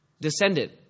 descendant